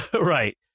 Right